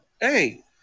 Hey